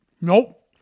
nope